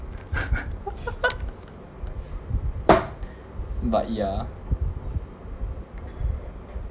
but yeah